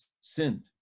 sinned